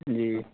جی